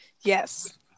Yes